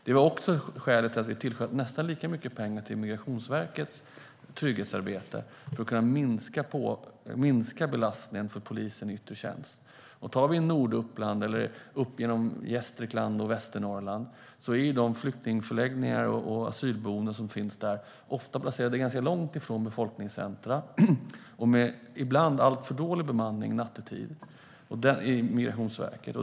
Det var också skälet till att vi tillförde nästan lika mycket pengar till Migrationsverkets trygghetsarbete för att kunna minska belastningen för polisen i yttre tjänst. I Norduppland eller uppe i Gästrikland och Västernorrland är flyktingförläggningar och asylboenden ofta placerade ganska långt ifrån befolkningscentra och med, ibland, alltför dålig bemanning nattetid enligt Migrationsverket.